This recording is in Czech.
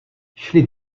šli